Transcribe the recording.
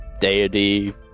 deity